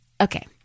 Okay